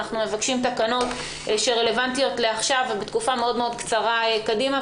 אנחנו מבקשים תקנות שרלוונטיות לעכשיו ולתקופה מאוד מאוד קצרה קדימה,